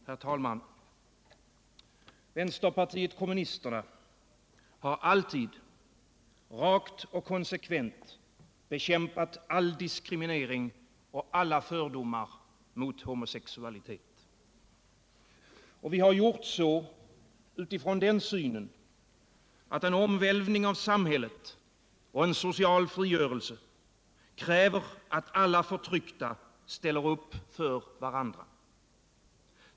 Herr talman! Vänsterpartiet kommunisterna har alltid rakt och konsekvent bekämpat all diskriminering och alla fördomar mot homosexualitet. Vi har gjort så utifrån den synen att en omvälvning av samhället och en social frigörelse kräver att alla förtryckta ställer upp för varandra.